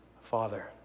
Father